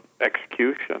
execution